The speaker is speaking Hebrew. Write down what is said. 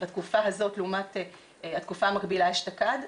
בתקופה הזאת לעומת התקופה המקבילה אשתקד,